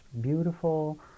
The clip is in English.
beautiful